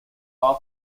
far